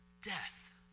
Death